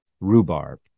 Rhubarb